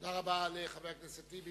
תודה רבה לחבר הכנסת טיבי.